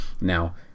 Now